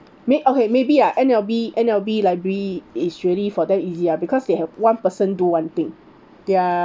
may~ okay maybe lah N_L_B N_L_B library is really for them easy ah because they have one person do one thing they're